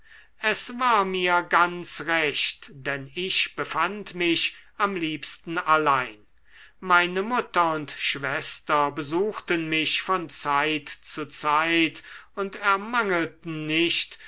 es war mir ganz recht denn ich befand mich am liebsten allein meine mutter und schwester besuchten mich von zeit zu zeit und ermangelten nicht